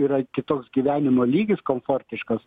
yra kitoks gyvenimo lygis komfortiškas